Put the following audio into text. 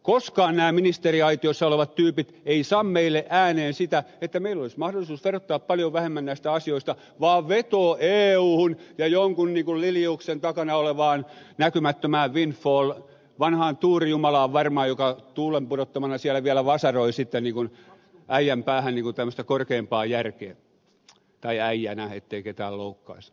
koskaan nämä ministeriaitiossa olevat tyypit eivät sano meille ääneen sitä että meillä olisi mahdollisuus verottaa paljon vähemmän näistä asioista vaan vetoavat euhun ja jonkun liliuksen takana olevaan näkymättömään windfalliin ja vanhaan tor jumalaan varmaan joka varmaan tuulen pudottamana siellä vielä vasaroi sitten äijän päähän tämmöistä korkeampaa järkeä tai äijänä ettei ketään loukkaisi